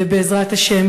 ובעזרת השם,